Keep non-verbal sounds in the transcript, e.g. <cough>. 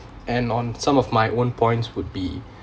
and on some of my own points would be <breath>